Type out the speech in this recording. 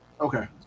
Okay